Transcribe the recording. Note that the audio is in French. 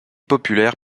populaire